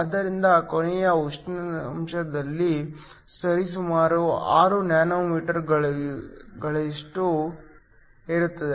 ಆದ್ದರಿಂದ ಕೋಣೆಯ ಉಷ್ಣಾಂಶದಲ್ಲಿ ಸರಿಸುಮಾರು 6 ನ್ಯಾನೋಮೀಟರ್ ಗಳಷ್ಟಿರುತ್ತದೆ